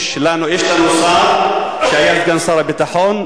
יש לנו שר שהיה סגן שר הביטחון,